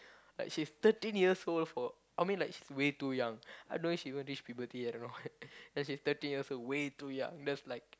like she's thirteen years old for I mean like she's way too young I don't know she even reach puberty I don't know what that she's thirteen years old she's way too young that's like